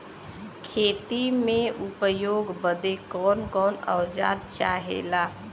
खेती में उपयोग बदे कौन कौन औजार चाहेला?